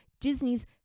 Disney's